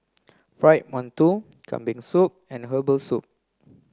fried Mantou Kambing Soup and herbal soup